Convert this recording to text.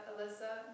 Alyssa